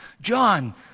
John